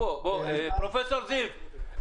פרופ' זיו,